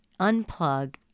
unplug